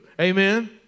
Amen